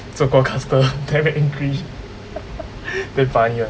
so called caster damn angry damn funny [one]